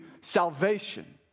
salvation